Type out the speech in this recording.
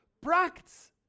practice